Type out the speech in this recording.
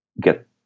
get